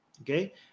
Okay